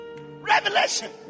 Revelation